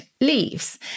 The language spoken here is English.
leaves